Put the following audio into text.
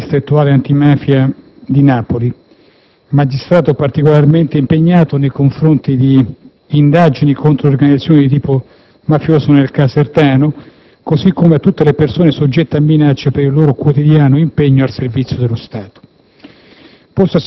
la Direzione distrettuale antimafia di Napoli, magistrato particolarmente impegnato nei confronti di indagini contro organizzazioni di tipo mafioso nel casertano, così come a tutte le persone soggette a minacce per il loro quotidiano impegno al servizio dello Stato.